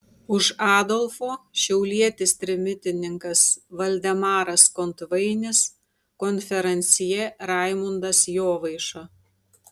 už adolfo šiaulietis trimitininkas valdemaras kontvainis konferansjė raimundas jovaiša